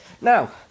Now